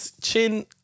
chin